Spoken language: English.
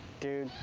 dude,